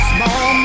Small